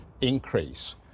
increase